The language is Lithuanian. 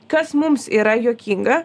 kas mums yra juokinga